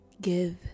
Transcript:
give